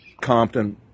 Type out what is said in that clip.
Compton